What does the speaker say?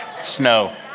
Snow